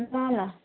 ल ल